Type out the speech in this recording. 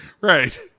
right